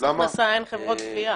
הכנסה אין חברות גבייה.